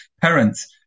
parents